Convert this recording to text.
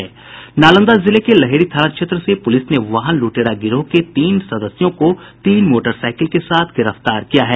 नालंदा जिले के लहेरी थाना क्षेत्र से पुलिस ने वाहन लुटेरा गिरोह के तीन सदस्यों को तीन मोटरसाइकिल के साथ गिरफ्तार किया है